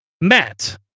Matt